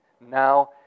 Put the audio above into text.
Now